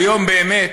היום באמת